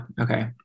Okay